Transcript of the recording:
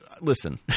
Listen